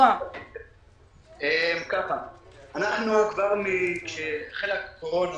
כבר כשהחלה הקורונה